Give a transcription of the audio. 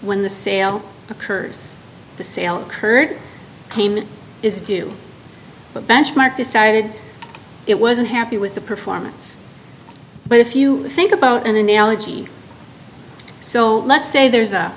when the sale occurs the sale occurred came in is do a benchmark decided it wasn't happy with the performance but if you think about an analogy so let's say there's a